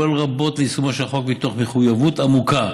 פועל רבות ליישומו של החוק מתוך מחויבות עמוקה